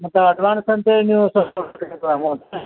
ಮತ್ತು ಅಡ್ವಾನ್ಸ್ ಅಂತ ಹೇಳಿ ನೀವು ಅಮೌಂಟನ್ನ